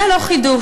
זה לא חידוש.